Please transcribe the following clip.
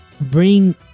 bring